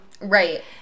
right